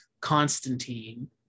constantine